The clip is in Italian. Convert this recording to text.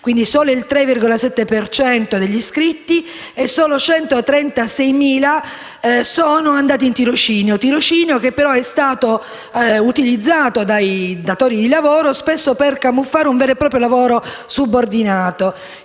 assunti (il 3,7 degli iscritti) e solo 136.000 sono andati in tirocinio, che però è stato utilizzato dai datori di lavoro spesso per camuffare un vero e proprio lavoro subordinato.